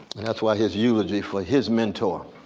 and that's why his eulogy for his mentor,